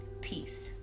peace